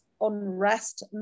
unrest